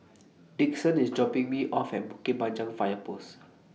Dixon IS dropping Me off At Bukit Panjang Fire Post